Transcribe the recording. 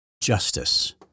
justice